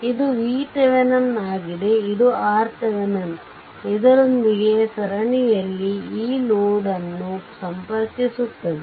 ಆದ್ದರಿಂದ ಇದು vThevenin ಆಗಿದೆ ಇದು RThevenin ಇದರೊಂದಿಗೆ ಸರಣಿಯಲ್ಲಿ ಈ ಲೋಡ್ ಅನ್ನು ಸಂಪರ್ಕಿಸುತ್ತದೆ